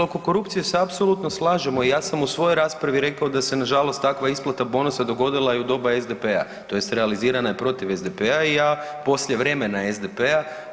Dakle, oko korupcije se apsolutno slažemo i ja sam u svojoj raspravi rekao da se nažalost takva isplata bonusa dogodila i u doba SDP-a tj. realizirana je protiv SDP-a i ja poslije vremena SDP-a.